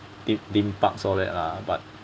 theme theme parks all that lah but